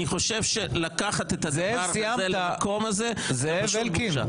אני חושב שלקחת את הדבר הזה למקום הזה זו פשוט בושה.